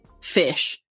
fish